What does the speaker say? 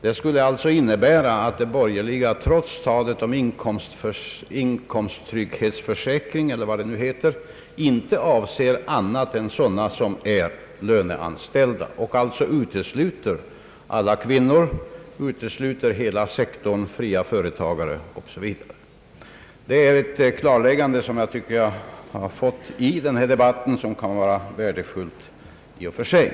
Detta skulle innebära att de borgerliga trots talet om inkomsttrygghetsförsäkring, eller vad det nu heter, inte avser andra än löneanställda och alltså utesluter alla kvinnor liksom hela sektorn fria företagare o. s. v. Det är ett klarläggande som jag tycker mig ha fått i denna debatt och som kan vara värdefullt i och för sig.